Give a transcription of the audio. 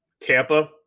Tampa